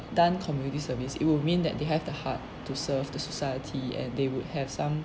done community service it will mean that they have the heart to serve the society and they would have some